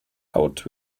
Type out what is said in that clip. out